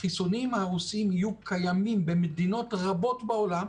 החיסונים הרוסיים יהיו קיימים במדינות רבות בעולם,